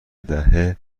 دهه